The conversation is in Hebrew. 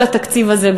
כל התקציב הזה,